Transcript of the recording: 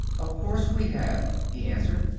of course we have, he answered,